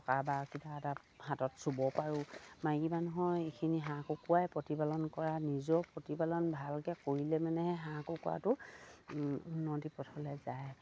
টকা বা এটা হাতত চুব পাৰোঁ মাইকী মানুহৰ এইখিনি হাঁহ কুকুৰাই প্ৰতিপালন কৰা নিজৰ প্ৰতিপালন ভালকে কৰিলে মানেহে হাঁহ কুকৰাটো উন্নতি পথলে যায়